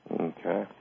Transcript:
Okay